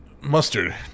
Mustard